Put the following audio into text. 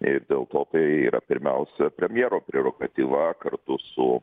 ir dėl to tai yra pirmiausia premjero prerogatyva kartu su